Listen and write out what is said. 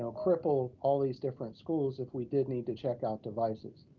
so cripple all these different schools if we did need to check out devices.